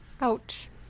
Ouch